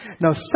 Now